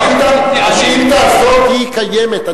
השאילתא הזאת קיימת.